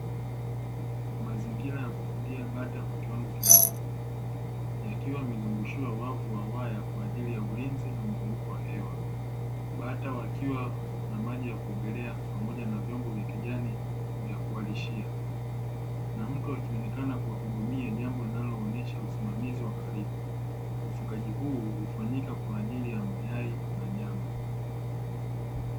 Mazingira ya kufugia bata kwa kiwango kidogo, yakiwa yamezungurushiwa wavu wa waya kwa ajili ya ulinzi na mzunguruko wa hewa, bata wakiwa na maji ya kuogelea pamoja na vyombo vya kijani vya kuwalishia, na mtu akionekana kuwahudumia, jambo linaloonyesha usimamizi wa karibu, ufugaji hufanyika kwa ajili ya mayai na nyama.